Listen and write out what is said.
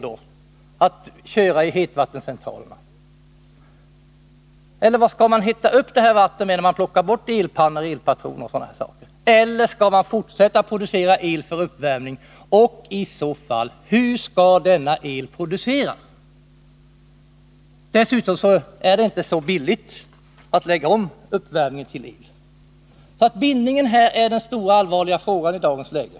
Kommer vi att få hetvattencentraler, eller vad skall man hetta upp vattnet med när man plockar bort elpannor och elpatroner? Eller skall man fortsätta att producera el för uppvärmning, och hur skall i så fall denna el produceras? En omläggning till eluppvärmning är dessutom inte billig. Bindningen här är den stora allvarliga frågan i dagens läge.